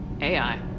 AI